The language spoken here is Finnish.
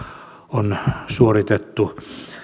on suoritettu